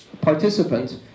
participant